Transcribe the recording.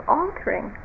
altering